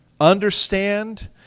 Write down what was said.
understand